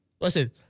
Listen